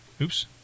Oops